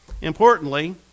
Importantly